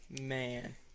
man